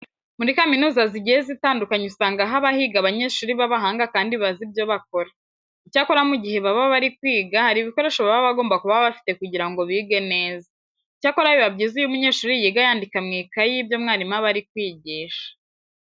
Muri kaminuza zigiye zitandukanye usanga haba higa abanyeshuri b'abahanga kandi bazi ibyo bakora. Icyakora mu gihe baba bari kwiga hari ibikoresho baba bagomba kuba bafite kugira ngo bige neza. Icyakora biba byiza iyo umunyeshuri yiga yandika mu ikayi ibyo mwarimu aba ari kwigisha.